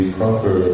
proper